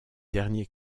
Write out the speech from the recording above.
derniers